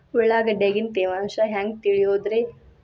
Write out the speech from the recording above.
ಉಳ್ಳಾಗಡ್ಯಾಗಿನ ತೇವಾಂಶ ಹ್ಯಾಂಗ್ ತಿಳಿಯೋದ್ರೇ?